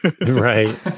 Right